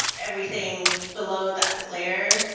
everything below that layer,